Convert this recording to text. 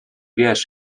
wiesz